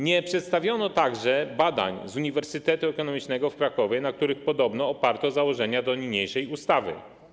Nie przedstawiono także badań z Uniwersytetu Ekonomicznego w Krakowie, na których podobno oparto założenia niniejszej ustawy.